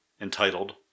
entitled